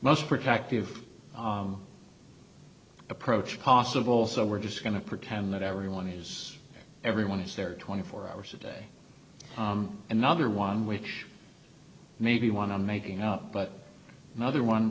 most protective approach possible so we're just going to pretend that everyone is everyone is there twenty four hours a day another one which may be one on making out but another one